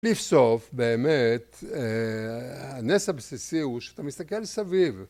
לבסוף באמת הנס הבסיסי הוא שאתה מסתכל סביב.